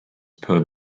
per